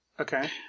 Okay